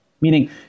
meaning